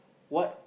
what